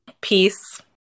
Peace